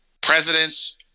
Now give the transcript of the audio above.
presidents